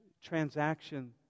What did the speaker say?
Transaction